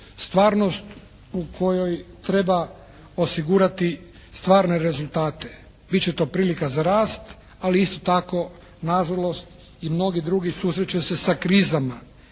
Stvarnost u kojoj treba osigurati stvarne rezultate. Bit će to prilika za rast ali, isto tako nažalost i mnogi drugi susrest će se sa krizama.